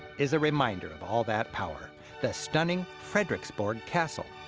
is a reminder of all that power the stunning frederiksborg castle.